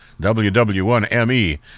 ww1me